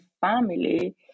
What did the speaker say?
family